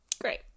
Great